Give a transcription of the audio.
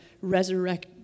resurrect